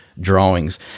drawings